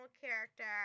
character